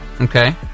Okay